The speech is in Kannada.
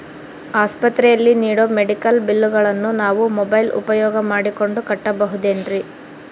ಆಸ್ಪತ್ರೆಯಲ್ಲಿ ನೇಡೋ ಮೆಡಿಕಲ್ ಬಿಲ್ಲುಗಳನ್ನು ನಾವು ಮೋಬ್ಯೆಲ್ ಉಪಯೋಗ ಮಾಡಿಕೊಂಡು ಕಟ್ಟಬಹುದೇನ್ರಿ?